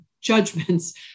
judgments